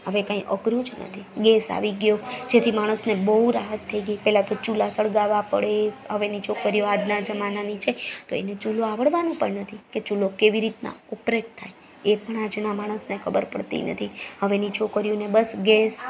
હવે કંઈ અઘરું નથી ગેસ આવી ગયો જેથી માણસને બહુ રાહત થઈ ગઈ પહેલા તો ચૂલા સળગાવા પડે હવેની છોકરીઓ આજના જમાનાની છે તો એને ચૂલો આવડવાનું પણ નથી કે ચૂલો કેવી રીતના ઓપરેટ થાય એ ઘણા જ માણસને ખબર પડતી નથી હવેની છોકરીઓને બસ ગેસ